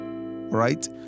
right